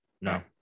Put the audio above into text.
no